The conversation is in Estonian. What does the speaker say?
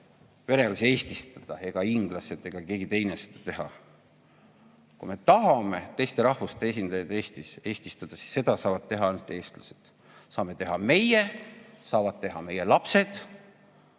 venelasi eestistada, ei saa inglased ega keegi teine seda teha. Kui me tahame teiste rahvuste esindajaid Eestis eestistada, siis seda saavad teha ainult eestlased. Seda saame teha meie, saavad teha meie lapsed,